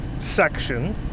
section